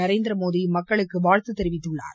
நரேந்திரமோடி மக்களுக்கு வாழ்த்து தெரிவித்துள்ளார்